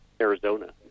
Arizona